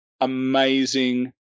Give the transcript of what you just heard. amazing